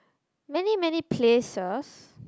many many places